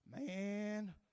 man